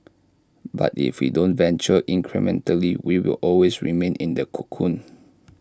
but if we don't venture incrementally we will always remain in the cocoon